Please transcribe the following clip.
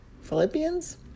Philippians